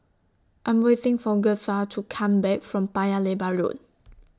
I'm waiting For Gertha to Come Back from Paya Lebar Road